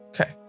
Okay